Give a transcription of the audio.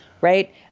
right